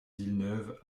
villeneuve